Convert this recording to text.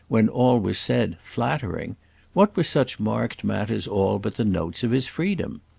when all was said, flattering what were such marked matters all but the notes of his freedom?